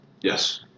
Yes